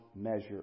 measure